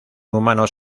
humanos